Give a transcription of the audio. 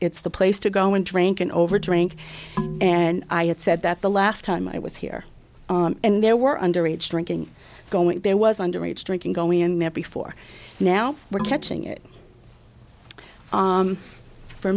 it's the place to go and drink and over drink and i had said that the last time i was here and there were underage drinking going there was underage drinking going in there before now we're catching it